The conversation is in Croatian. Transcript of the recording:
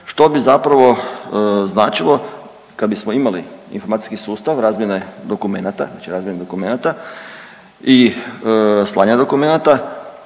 što bi zapravo značilo kad bismo imali informacijski sustav razmjene dokumenta, znači razmjene dokumenata i slanja dokumenata